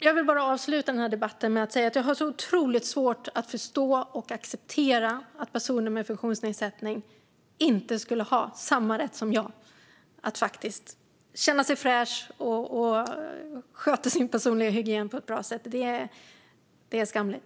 Jag vill avsluta debatten med att säga att jag har otroligt svårt att förstå och acceptera att en person med funktionsnedsättning inte skulle ha samma rätt som jag att känna sig fräsch och sköta sin personliga hygien på ett bra sätt. Det är skamligt.